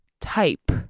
type